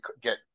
get